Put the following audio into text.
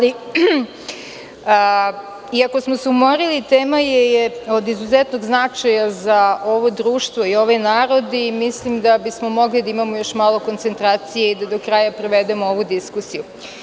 Iako smo se umorili, tema je od izuzetnog značaja za ovo društvo i ovaj narod i mislim da bismo mogli da imamo još malo koncentracije i da do kraja završimo ovu diskusiju.